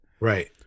Right